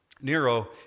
Nero